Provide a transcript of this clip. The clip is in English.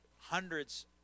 hundreds